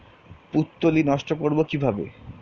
পুত্তলি নষ্ট করব কিভাবে?